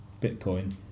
Bitcoin